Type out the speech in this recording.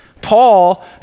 Paul